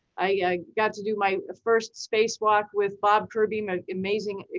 i got to do my first spacewalk with rob curbeam, ah amazing ah